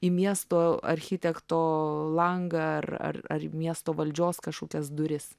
į miesto architekto langą ar ar miesto valdžios kažkokias duris